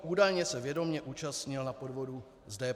Údajně se vědomě účastnil na podvodu s DPH.